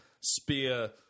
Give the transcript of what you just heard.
spear